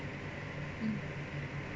mm